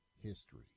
history